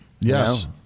Yes